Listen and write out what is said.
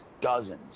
dozens